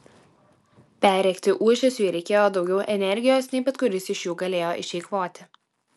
perrėkti ūžesiui reikėjo daugiau energijos nei bet kuris iš jų galėjo išeikvoti